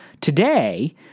Today